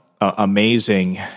amazing